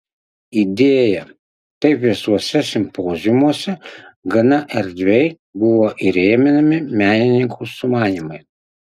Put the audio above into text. idėja taip visuose simpoziumuose gana erdviai buvo įrėminami menininkų sumanymai